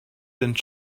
sind